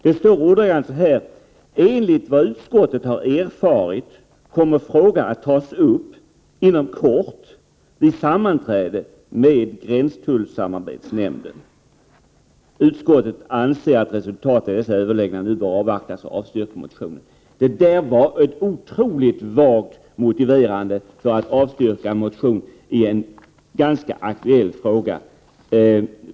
Det står ordagrant: ”Enligt vad utskottet har erfarit kommer frågan att tas upp inom kort vid sammanträde med gränstullsamarbetsnämnden. Utskottet anser att resultatet av dessa överläggningar nu bör avvaktas och avstyrker motionen.” Det är en otroligt vag motivering för att avstyrka en motion i en ganska aktuell fråga.